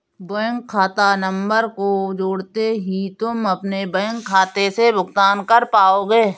bank खाता number को जोड़ते ही तुम अपने बैंक खाते से भुगतान कर पाओगे